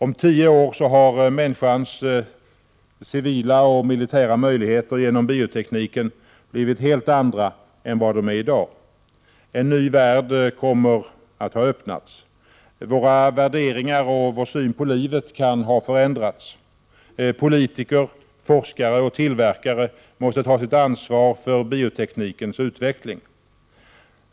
Om tio år har människans civila och militära möjligheter genom biotekniken blivit helt andra än de är i dag. En ny värld kommer att ha öppnats. Våra värderingar och vår syn på livet kan ha förändrats. Politiker, forskare och tillverkare måste ta sitt ansvar för bioteknikens utveckling.